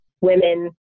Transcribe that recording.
women